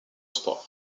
sport